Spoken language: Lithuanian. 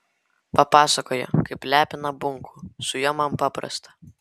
papasakojo kaip lepina bunkų su juo man paprasta